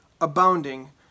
abounding